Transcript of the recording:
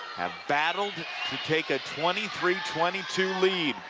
have battled to take a twenty three twenty two lead.